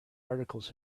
articles